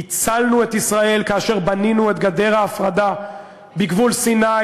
הצלנו את ישראל כאשר בנינו את גדר ההפרדה בגבול סיני